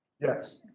Yes